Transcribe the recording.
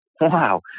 Wow